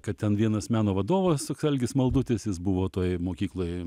kad ten vienas meno vadovas toks algis maldutis jis buvo toj mokykloj